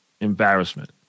embarrassment